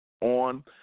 on